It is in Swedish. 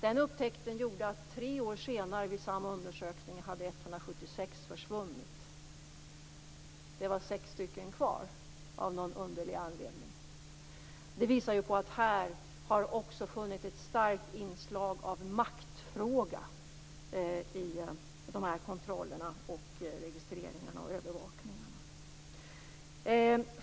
Den upptäckten gjorde att samma undersökning tre år senare visade att 176 hade försvunnit. Det var sex stycken kvar av någon underlig anledning. Det visar på att det också har funnits ett stark inslag av makt i dessa kontroller, registreringar och övervakningar.